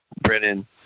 Brennan